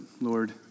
Lord